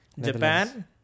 Japan